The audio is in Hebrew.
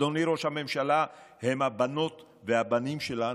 אדוני ראש הממשלה, הם הבנות והבנים שלנו,